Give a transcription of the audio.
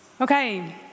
Okay